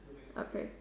okay